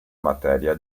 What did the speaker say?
materia